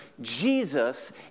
Jesus